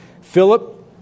Philip